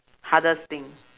hardest thing